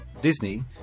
Disney